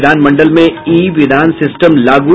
विधान मंडल में ई विधान सिस्टम लागू